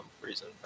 reason